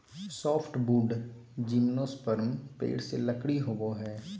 softwood gymnosperm पेड़ से लकड़ी होबो हइ